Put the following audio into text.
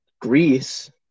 Greece